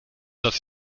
dass